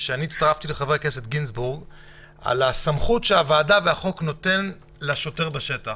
על הסמכות שהוועדה והחוק נותנים לשוטר בשטח.